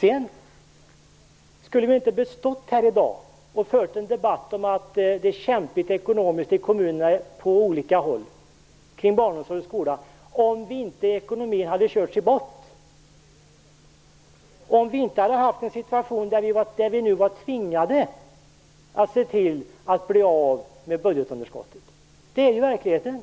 Vi skulle inte ha behövt stå här i dag och föra en debatt om att det är ekonomiskt kämpigt med barnomsorg och skola i olika kommuner om inte ekonomin hade körts i botten, om vi inte hade haft en situation där vi är tvingade att se till att bli av med budgetunderskottet. Det är verkligheten.